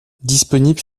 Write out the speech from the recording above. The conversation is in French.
disponible